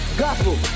gospel